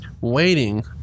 waiting